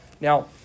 Now